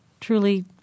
truly